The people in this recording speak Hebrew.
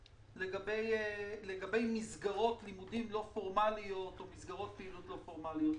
לגבי מסגרות לימודים לא פורמליות או מסגרות פעילות לא פורמליות.